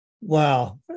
Wow